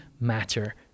matter